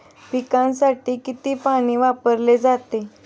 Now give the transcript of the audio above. पिकांसाठी किती पाणी वापरले जाते?